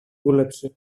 δούλεψε